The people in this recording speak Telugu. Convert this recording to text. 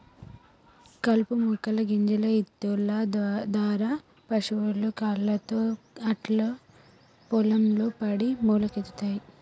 కలుపు మొక్కల గింజలు ఇత్తుల దారా పశువుల కాళ్లతో అట్లా పొలం లో పడి మొలకలొత్తయ్